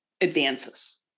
advances